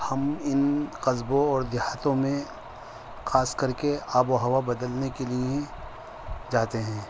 ہم ان قصبوں اور دیہاتوں میں خاص کر کے آب و ہوا بدلنے کے لیے جاتے ہیں